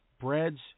breads